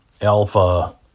alpha